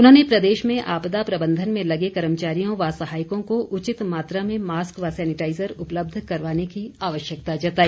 उन्होंने प्रदेश में आपदा प्रबंधन में लगे कर्मचारियों व सहायकों को उचित मात्रा में मास्क व सैनिटाइजर उपलब्ध करवाने की आवश्यकता जताई